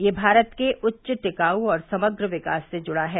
यह भारत के उच्च टिकाऊ और समग्र विकास से जुड़ा है